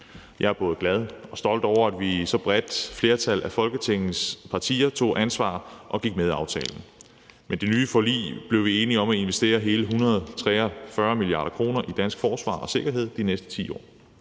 jeg er både glad for og stolt over, at vi i et så bredt flertal af Folketingets partier tog ansvar og gik med i aftalen. Med det nye forlig blev vi enige om at investere hele 143 mia. kr. i dansk forsvar og sikkerhed de næste 10 år,